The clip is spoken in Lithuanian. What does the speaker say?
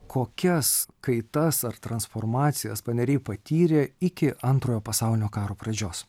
kokias kaitas ar transformacijas paneriai patyrė iki antrojo pasaulinio karo pradžios